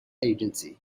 agency